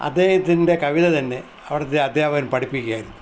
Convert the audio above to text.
അദ്ദേഹത്തിൻ്റെ കവിത തന്നെ അവിടുത്തെ അധ്യാപകൻ പഠിപ്പിക്കായിരുന്നു